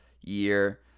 year